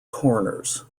corners